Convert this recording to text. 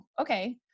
okay